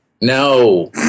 No